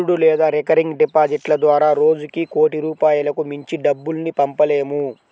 fixed లేదా recurring డిపాజిట్ల ద్వారా రోజుకి కోటి రూపాయలకు మించి డబ్బుల్ని పంపలేము